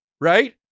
right